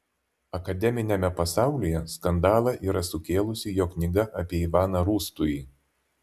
akademiniame pasaulyje skandalą yra sukėlusi jo knyga apie ivaną rūstųjį